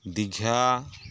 ᱫᱤᱜᱷᱟ